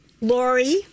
Lori